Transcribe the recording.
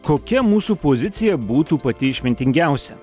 kokia mūsų pozicija būtų pati išmintingiausia